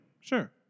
sure